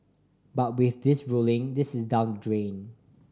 but with this ruling this is down drain